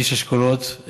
איש אשכולות,